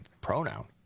pronoun